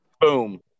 Boom